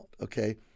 okay